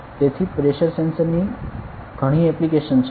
તેથી pressure sensor ની ઘણી એપ્લિકેશન છે